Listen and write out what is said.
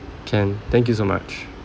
can thank you so much